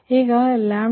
ಈಗ 1min46